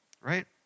right